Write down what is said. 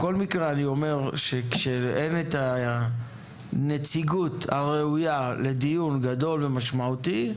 בכל מקרה אני אומר כשאין את הנציגות הראויה לדיון גדול ומשמעותי,